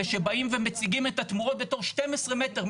וכשבאים ומציגים את התמורות בתור 12 מטר,